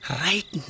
right